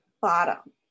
bottom